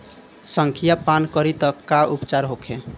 संखिया पान करी त का उपचार होखे?